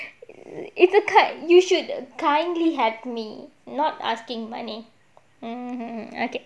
it's a kind you should kindly help me not asking money mm okay